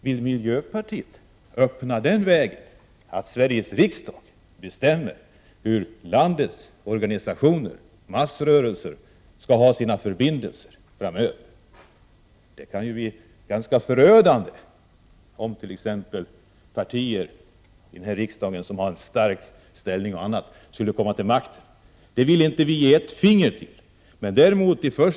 Vill miljöpartiet öppna vägen för Sveriges riksdag att bestämma hur landets organisationer, massrörelser, skall ha sina förbindelser framöver? Det kan bli förödande om exempelvis partier i denna riksdag som har en stark ställning skulle komma till makten. Det vill vi inte bidra till med ett enda finger.